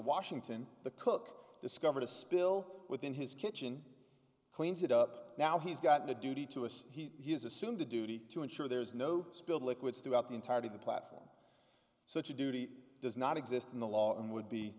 washington the cook discovered a spill within his kitchen cleans it up now he's gotten a duty to us he has assumed a duty to ensure there is no spilled liquids throughout the entirety of the platform such a duty does not exist in the law and would be